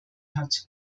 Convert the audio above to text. hat